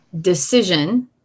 decision